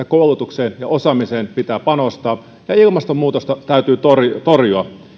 koulutukseen ja osaamiseen pitää panostaa ja ilmastonmuutosta täytyy torjua torjua